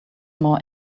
more